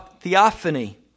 theophany